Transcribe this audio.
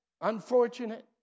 unfortunate